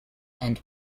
and